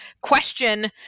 question